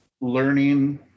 learning